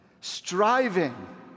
striving